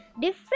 different